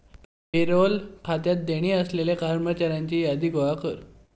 payroll खात्यात देणी असलेल्या कर्मचाऱ्यांची यादी गोळा कर